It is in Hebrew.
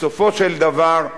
בסופו של דבר,